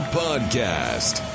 podcast